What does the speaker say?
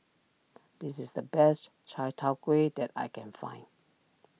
this is the best Chai Tow Kuay that I can find